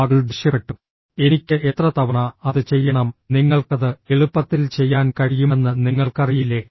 മകൾ ദേഷ്യപ്പെട്ടു എനിക്ക് എത്ര തവണ അത് ചെയ്യണം നിങ്ങൾക്കത് എളുപ്പത്തിൽ ചെയ്യാൻ കഴിയുമെന്ന് നിങ്ങൾക്കറിയില്ലേ